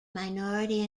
minority